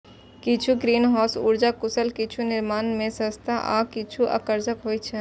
किछु ग्रीनहाउस उर्जा कुशल, किछु निर्माण मे सस्ता आ किछु आकर्षक होइ छै